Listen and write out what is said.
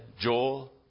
Joel